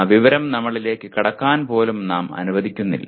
ആ വിവരം നമ്മളിലേക്ക് കടക്കാൻ പോലും നാം അനുവദിക്കുന്നില്ല